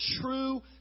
true